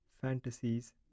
fantasies